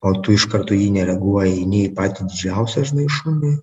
o tu iš karto į jį nereaguoji nei į patį didžiausią žinai šunį